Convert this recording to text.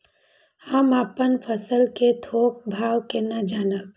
हम अपन फसल कै थौक भाव केना जानब?